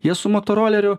jie su motoroleriu